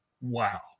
Wow